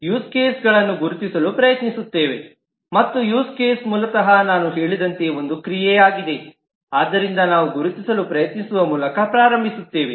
ಆದ್ದರಿಂದ ನಾವು ಎಲ್ಎಂಎಸ್ಗೆ ಯೂಸ್ ಕೇಸ್ಗಳನ್ನು ಗುರುತಿಸಲು ಪ್ರಯತ್ನಿಸುತ್ತೇವೆ ಮತ್ತು ಯೂಸ್ ಕೇಸ್ ಮೂಲತಃ ನಾನು ಹೇಳಿದಂತೆ ಒಂದು ಕ್ರಿಯೆಯಾಗಿದೆ ಆದ್ದರಿಂದ ನಾವು ಗುರುತಿಸಲು ಪ್ರಯತ್ನಿಸುವ ಮೂಲಕ ಪ್ರಾರಂಭಿಸುತ್ತೇವೆ